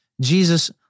Jesus